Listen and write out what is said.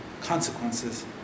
consequences